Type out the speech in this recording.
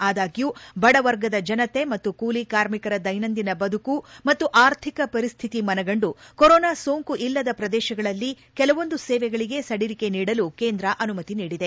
ಆದಾಗ್ಯೂ ಬಡ ವರ್ಗದ ಜನತೆ ಮತ್ತು ಕೂಲಿ ಕಾರ್ಮಿಕರ ದೈನಂದಿನ ಬದುಕು ಮತ್ತು ಆರ್ಥಿಕ ವರಿಸ್ತಿತಿ ಮನಗಂಡು ಕೊರೊನಾ ಸೋಂಕು ಇಲ್ಲದ ಪ್ರದೇಶಗಳಲ್ಲಿ ಕೆಲವೊಂದು ಸೇವೆಗಳಿಗೆ ಸಡಿಲಿಕೆ ನೀಡಲು ಕೇಂದ್ರ ಅನುಮತಿ ನೀಡಿದೆ